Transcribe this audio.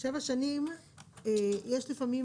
7 שנים יש לפעמים,